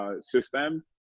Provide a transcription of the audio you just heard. system